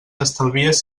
estalvies